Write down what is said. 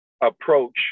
approach